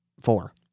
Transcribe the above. four